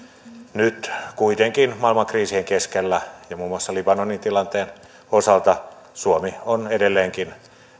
nyt kuitenkin maailman kriisien keskellä ja muun muassa libanonin tilanteen osalta suomi on edelleenkin